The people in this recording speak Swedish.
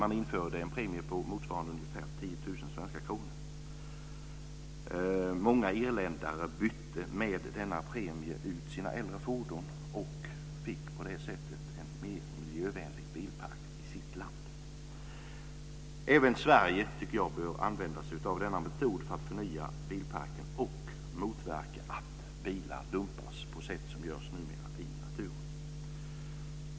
En premie infördes på motsvarande ca 10 000 svenska kronor. Många irländare bytte med hjälp av denna premie ut sina äldre fordon. Man fick på det sättet en mer miljövänlig bilpark i sitt land. Även Sverige, tycker jag, behöver använda sig av denna metod för att förnya bilparken och motverka att bilar dumpas på det sätt som görs numera i naturen.